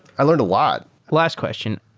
i learned a lot last question.